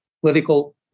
political